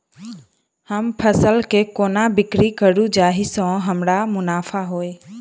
हम फसल केँ कोना बिक्री करू जाहि सँ हमरा मुनाफा होइ?